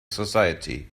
society